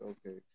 Okay